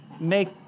Make